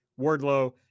Wardlow